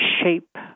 shape